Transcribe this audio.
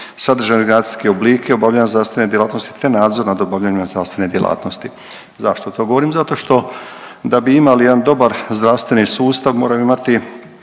sadržaj i organizacijske oblike obavljanja zdravstvene djelatnosti, te nadzor nad obavljanjem zdravstvene djelatnosti. Zašto to govorim? Zato što da bi imali jedan dobar zdravstveni sustav moramo imati,